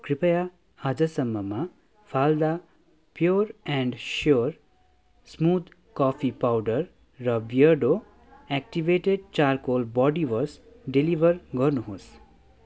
कृपया आजसम्ममा फालदा pure and sure smooth coffee powder र बियडो एक्टिभेटेड चारकोल बडीवास डेलिभर गर्नुहोस्